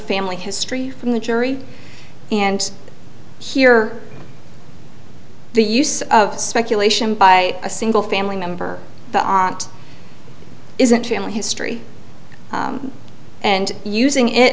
family history from the jury and here the use of speculation by a single family member ont isn't family history and using it